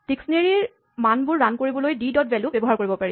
ডিস্কনেৰীঅভিধানৰ মানবোৰ ৰান কৰিবলৈ D dot value ব্যৱহাৰ কৰিব পাৰি